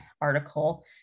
article